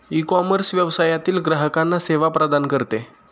ecommerce व्यवसायातील ग्राहकांना सेवा प्रदान करते